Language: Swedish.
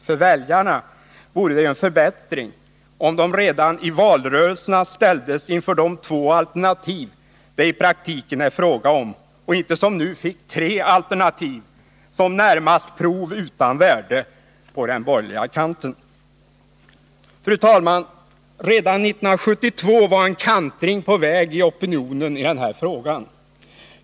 För väljarna vore det en förbättring om de redan i valrörelserna ställdes inför de två alternativ det i praktiken är fråga om och inte som nu fick tre alternativ, som närmast är att betrakta som prov utan värde, från den borgerliga kanten. Fru talman! Redan 1972 var en kantring på väg inom opinionen i denna fråga.